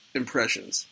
impressions